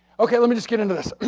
okay, let me just get into this.